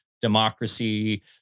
democracy